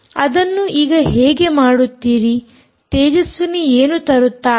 ಅದನ್ನು ಈಗ ಹೇಗೆ ಮಾಡುತ್ತೀರಿ ತೇಜಸ್ವಿನಿ ಏನು ತರುತ್ತಾಳೆ